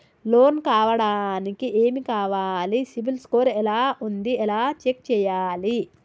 Loan కావడానికి ఏమి కావాలి సిబిల్ స్కోర్ ఎలా ఉంది ఎలా చెక్ చేయాలి?